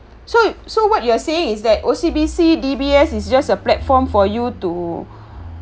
so so what you are saying is that O_C_B_C D_B_S is just a platform for you to